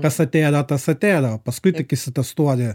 kas atėjo tas atėjo paskui tik išsitestuoji